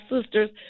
sisters